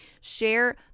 Share